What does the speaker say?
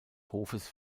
hofes